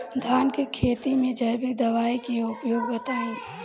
धान के खेती में जैविक दवाई के उपयोग बताइए?